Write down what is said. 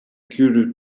кюре